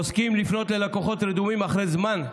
עוסקים לפנות ללקוחות רדומים אחרי זמן.